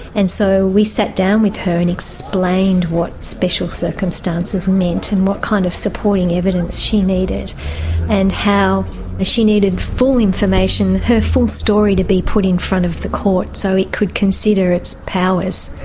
and so we sat down with her and explained what special circumstances meant and what kind of supporting evidence she needed and how ah she needed full information, her full story to be put in front of the court so it could consider its powers.